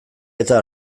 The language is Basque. eta